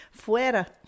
Fuera